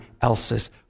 else's